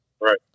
Right